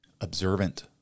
observant